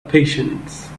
patience